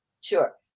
Sure